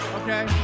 okay